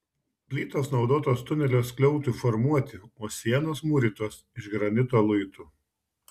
plytos naudotos tunelio skliautui formuoti o sienos mūrytos iš granito luitų